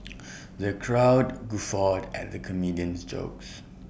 the crowd guffawed at the comedian's jokes